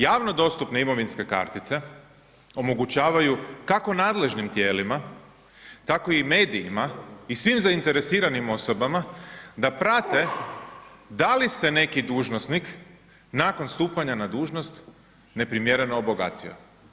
Javno dostupne imovinske kartice omogućavaju, kako nadležnim tijelima, tako i medijima i svim zainteresiranim osobama da prate da li se neki dužnosnik nakon stupanja na dužnost neprimjereno obogatio.